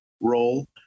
role